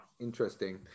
interesting